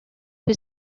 que